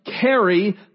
carry